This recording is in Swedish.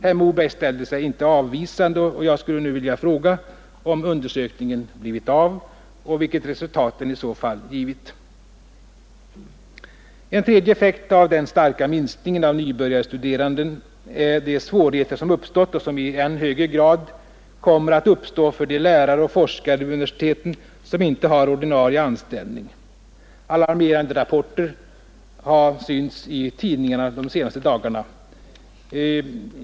Herr Moberg ställde sig inte avvisande, och jag skulle nu vilja fråga, om undersökningen blivit av och vilket resultat den i så fall givit. En tredje effekt av den starka minskningen av nybörjarstuderande är de svårigheter som uppstått och som i än högre grad kommer att uppstå för de lärare och forskare vid universiteten som inte har ordinarie anställning. Alarmerande rapporter har synts i tidningarna de senaste dagarna.